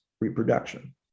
reproduction